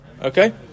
Okay